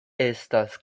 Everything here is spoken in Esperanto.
estas